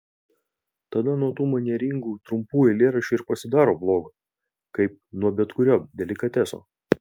tada nuo tų manieringų trumpų eilėraščių ir pasidaro bloga kaip nuo bet kurio delikateso